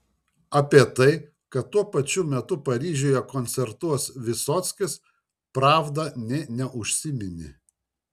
apie tai kad tuo pačiu metu paryžiuje koncertuos vysockis pravda nė neužsiminė